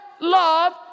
love